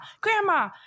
grandma